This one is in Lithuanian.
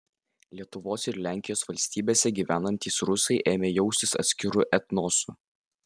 lietuvos ir lenkijos valstybėse gyvenantys rusai ėmė jaustis atskiru etnosu